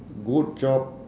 good job